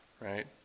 right